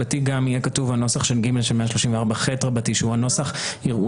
יהיה כתוב הנוסח של (ג) של 134ח שהוא הנוסח האומר ש"יראו